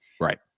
Right